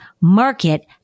Market